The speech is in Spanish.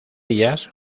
ellas